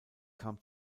kam